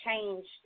changed